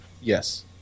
Yes